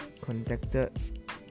contacted